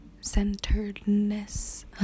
centeredness